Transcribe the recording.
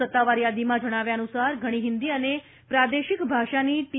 સત્તાવાર યાદીમાં જણાવ્યા અનુસાર ઘણી હિન્દી અને પ્રાદેશિક ભાષાની ટી